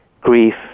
grief